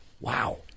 Wow